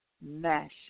Mesh